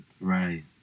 Right